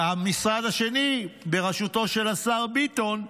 המשרד השני, בראשותו של השר ביטון,